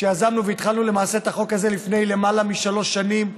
יזמנו והתחלנו למעשה את החוק הזה לפני למעלה משלוש שנים,